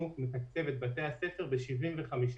מתקצב את בתי הספר ב-75%,